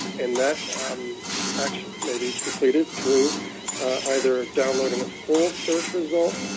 and that action may be completed through either downloading a full search result,